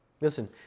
Listen